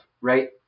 right